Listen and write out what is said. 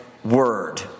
Word